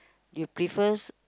you prefers